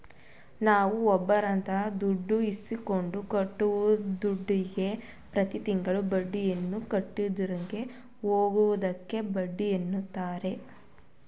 ನಾವುಒಬ್ಬರಹತ್ರದುಡ್ಡು ಇಸ್ಕೊಂಡ್ರೆ ಕೊಟ್ಟಿರೂದುಡ್ಡುಗೆ ಪ್ರತಿತಿಂಗಳು ಬಡ್ಡಿಯನ್ನುಕಟ್ಟಿಕೊಂಡು ಹೋಗುವುದಕ್ಕೆ ಬಡ್ಡಿಎನ್ನುತಾರೆ